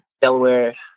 Delaware